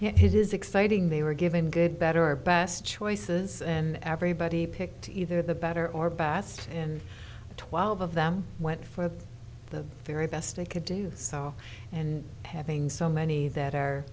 place it is exciting they were given good better best choices and everybody picked either the better or best in twelve of them went for the very best they could do so and having so many that are